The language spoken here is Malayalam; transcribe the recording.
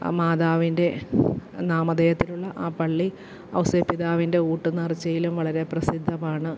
ആ മാതാവിന്റെ നാമധേയത്തിലുള്ള ആ പള്ളി ഔസേപ്പ് പിതാവിന്റെ ഊട്ട് നേർച്ചയിലും വളരെ പ്രസിദ്ധമാണ്